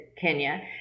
Kenya